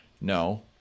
No